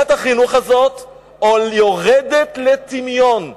שנת החינוך יורדת לטמיון.